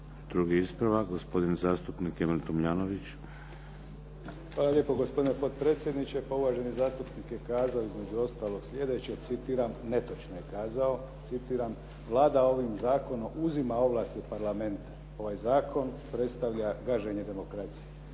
Drugi ispravak, gospodin zastupnik Emil Tomljanović. **Tomljanović, Emil (HDZ)** Hvala lijepo gospodine potpredsjedniče. Pa uvaženi zastupnik je kazao između ostalog sljedeće, citiram, netočno je kazao, citiram: "Vlada ovim zakonom uzima ovlasti Parlamenta. Ovaj zakon predstavlja gaženje demokracije."